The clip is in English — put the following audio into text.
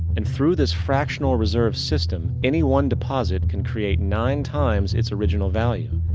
and through this fractional reserve system, any one deposit can create nine times its original value.